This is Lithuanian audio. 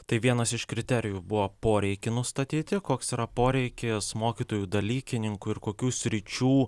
tai vienas iš kriterijų buvo poreikį nustatyti koks yra poreikis mokytojų dalykininkų ir kokių sričių